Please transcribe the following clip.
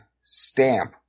stamp